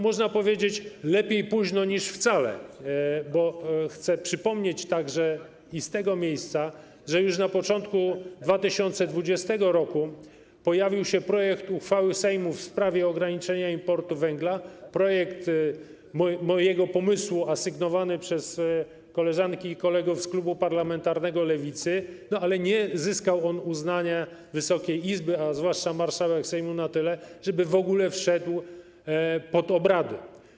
Można powiedzieć: lepiej późno niż wcale, bo chcę przypomnieć także i z tego miejsca, że już na początku 2020 r. pojawił się projekt uchwały Sejmu w sprawie ograniczenia importu węgla, projekt mojego pomysłu, a sygnowany przez koleżanki i kolegów z klubu parlamentarnego Lewicy, ale nie zyskał on uznania Wysokiej Izby, a zwłaszcza marszałek Sejmu, na tyle, żeby w ogóle trafił pod obrady.